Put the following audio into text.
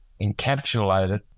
encapsulated